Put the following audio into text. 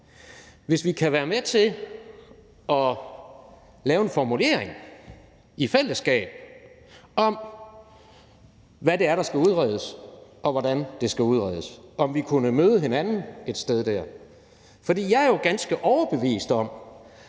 at lave en formulering, altså lave en formulering i fællesskab, om, hvad det er, der skal udredes, og hvordan det skal udredes, altså hvis vi kunne møde hinanden et sted der. For jeg er jo ganske overbevist om,